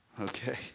Okay